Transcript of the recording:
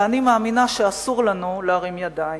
ואני מאמינה שאסור להרים ידיים.